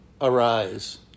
arise